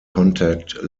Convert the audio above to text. contact